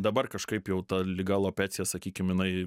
dabar kažkaip jau ta liga alopecija sakykim jinai